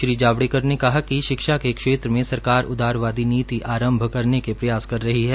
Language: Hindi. श्री जावड़ेकर ने कहा कि शिक्षा के क्षेत्र सरकार ने उदारवादी नीति आरंभ करने के प्रयास कर रही है